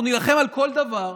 אנחנו נילחם על כל דבר,